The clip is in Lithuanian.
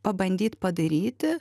pabandyt padaryti